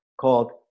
called